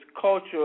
culture